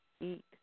eat